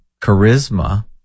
charisma